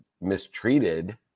mistreated